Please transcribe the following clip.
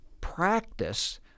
practice